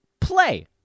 play